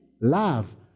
Love